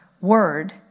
word